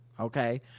Okay